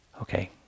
Okay